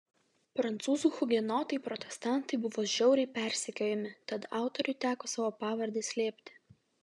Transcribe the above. prancūzų hugenotai protestantai buvo žiauriai persekiojami tad autoriui teko savo pavardę slėpti